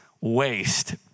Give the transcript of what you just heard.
waste